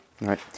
Right